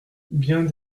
bien